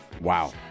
Wow